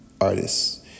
artists